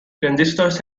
transistors